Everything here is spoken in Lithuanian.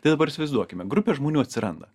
tai dabar įsivaizduokime grupė žmonių atsiranda